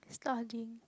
studying